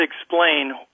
explain